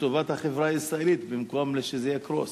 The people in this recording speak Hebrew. לטובת החברה הישראלית, במקום שזה יקרוס.